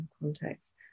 context